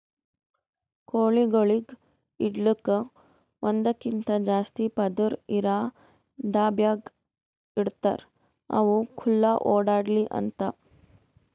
ಕೋಳಿಗೊಳಿಗ್ ಇಡಲುಕ್ ಒಂದಕ್ಕಿಂತ ಜಾಸ್ತಿ ಪದುರ್ ಇರಾ ಡಬ್ಯಾಗ್ ಇಡ್ತಾರ್ ಅವು ಖುಲ್ಲಾ ಓಡ್ಯಾಡ್ಲಿ ಅಂತ